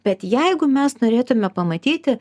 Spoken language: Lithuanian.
bet jeigu mes norėtume pamatyti